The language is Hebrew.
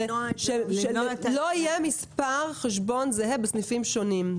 שלא יהיה מספר חשבון זהה בסניפים שונים.